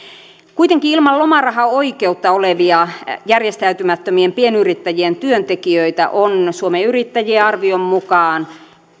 kuitenkin ilman lomaraha oikeutta olevia järjestäytymättömien pienyrittäjien työntekijöitä on suomen yrittäjien arvion mukaan